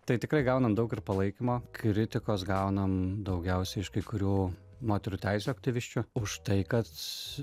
tai tikrai gaunam daug ir palaikymo kritikos gaunam daugiausiai iš kai kurių moterų teisių aktyvisčių už tai kad